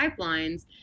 pipelines